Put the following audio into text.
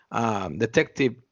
detective